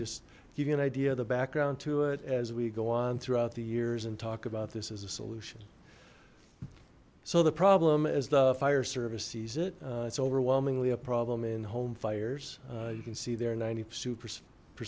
just give you an idea of the background to it as we go on throughout the years and talk about this as a solution so the problem is the fire service sees it it's overwhelmingly a problem in home fires you can see they're ninety two per